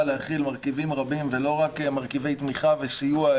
להכיל מרכיבים רבים ולא רק מרכיבי תמיכה וסיוע,